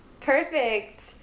Perfect